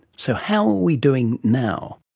so how are we doing now?